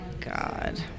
God